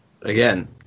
Again